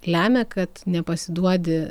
lemia kad nepasiduodi